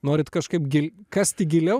norit kažkaip gil kasti giliau